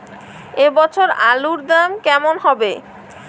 এ বছর আলুর দাম কেমন হবে?